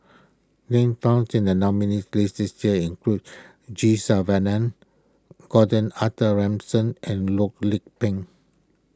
names found in the nominees' list this year include G Gordon Arthur Ransome and Loh Lik Peng